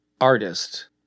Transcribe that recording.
Artist